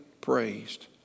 praised